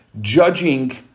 judging